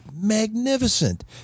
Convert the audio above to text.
Magnificent